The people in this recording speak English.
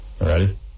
Ready